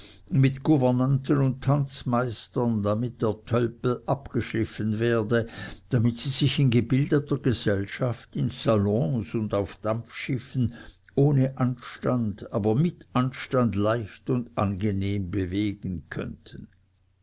mit gouvernanten und tanzmeistern damit der tölpel abgeschliffen werde damit sie sich in gebildeter gesellschaft in salons und auf dampfschiffen ohne anstoß aber mit anstand leicht und angenehm bewegen könnten